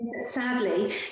sadly